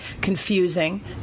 confusing